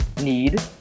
need